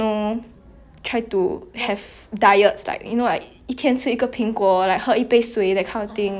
it's too extreme like I just think both sides really got problems ya